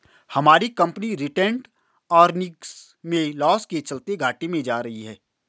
हमारी company retained earnings में loss के चलते घाटे में जा रही है